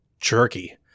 jerky